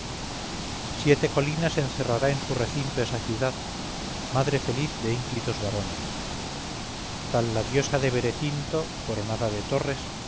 siete colinas encerrará en su recinto esa ciudad madre feliz de ínclitos varones tal la diosa de berecinto coronada de torres